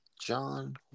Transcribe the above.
john